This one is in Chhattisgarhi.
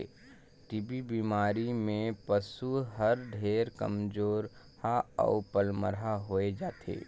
टी.बी बेमारी में पसु हर ढेरे कमजोरहा अउ पलमरहा होय जाथे